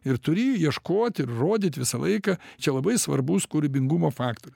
ir turi ieškot ir rodyt visą laiką čia labai svarbus kūrybingumo faktorius